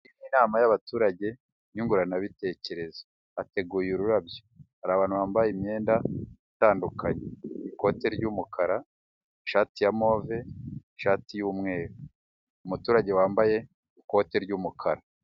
Inama y'abaturage nyunguranabitekerezo, hateguye ururabyo hari abantu bambaye imyenda itandukanye ikote ry'umukara, ishati ya move, ishati y'umweru, umuturage wambaye ikote ry'umukara.